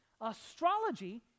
astrology